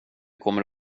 kommer